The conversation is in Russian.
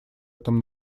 этом